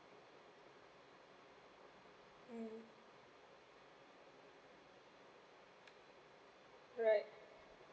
mm right